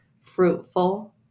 fruitful